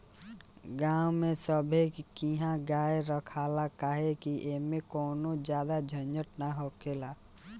गांव में सभे किहा गाय रखाला काहे कि ऐमें कवनो ज्यादे झंझट ना हखेला